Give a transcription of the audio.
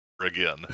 again